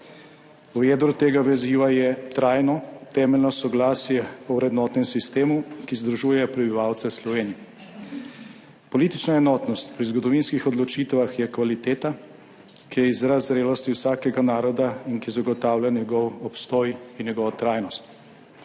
V jedru tega veziva je trajno temeljno soglasje o vrednotnem sistemu, ki združuje prebivalce Slovenije. Politična enotnost pri zgodovinskih odločitvah je kvaliteta, ki je izraz zrelosti vsakega naroda in ki zagotavlja njegov obstoj in njegovo trajnost.